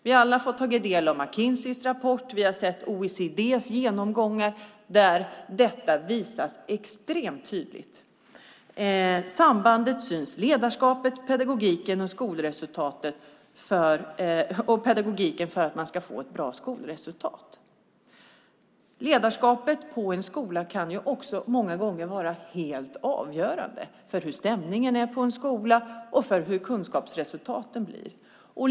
Vi har alla fått ta del av McKinseys rapport, och vi har sett OECD:s genomgångar där detta visas extremt tydligt - sambandet mellan ledarskap, pedagogik och ett bra skolresultat. Ledarskapet på en skola kan också många gånger vara helt avgörande för hur stämningen är på en skola och för hur kunskapsresultaten blir.